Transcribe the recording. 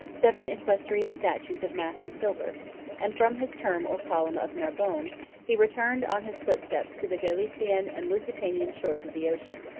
seven equestrian statues of massy silver and from his term or column of narbonne, he returned on his footsteps to the gallician and lusitanian shores of the ocean.